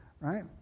right